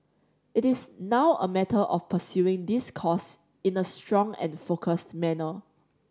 it is now a matter of pursuing this course in a strong and focused manner